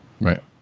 Right